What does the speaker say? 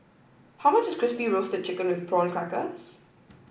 how much is Crispy Roasted Chicken with Prawn Crackers